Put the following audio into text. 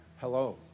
Hello